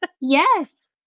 Yes